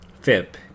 FIP